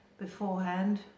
beforehand